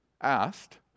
asked